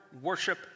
worship